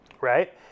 right